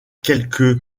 quelque